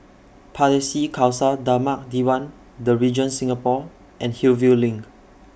Pardesi Khalsa Dharmak Diwan The Regent Singapore and Hillview LINK